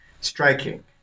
striking